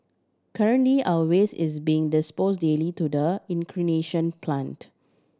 currently our waste is being dispose daily to the incineration plant